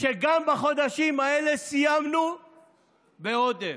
שגם בחודשים האלה סיימנו בעודף.